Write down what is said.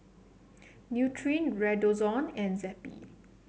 Nutren Redoxon and Zappy